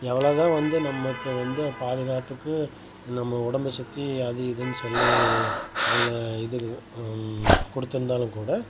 எவ்வளோ தான் வந்து நமக்கு வந்து பாதுகாப்புக்கு நம்ம உடம்பை சுற்றி அது இதுன்னு சொல்லி அவங்க இது கு கொடுத்துருந்தாலும் கூட